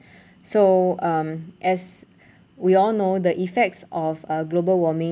so um as we all know the effects of a global